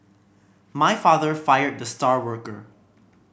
my father fired the star worker